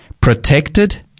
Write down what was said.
protected